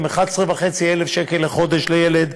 11,500 שקל לחודש לילד,